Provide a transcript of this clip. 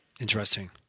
interesting